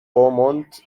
beaumont